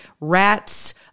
rats